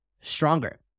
stronger